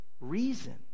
reason